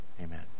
Amen